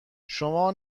شما